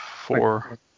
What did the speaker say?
four